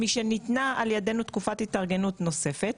משניתנה על ידינו תקופת התארגנות נוספת,